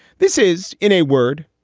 this is, in a word,